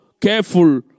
careful